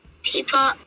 people